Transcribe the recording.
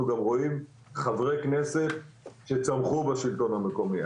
גם רואים חברי כנסת שצמחו בשלטון המקומי.